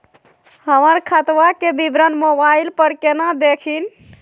हमर खतवा के विवरण मोबाईल पर केना देखिन?